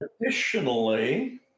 Additionally